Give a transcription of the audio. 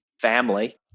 family